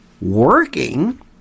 working